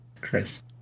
Chris